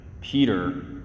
Peter